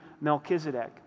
Melchizedek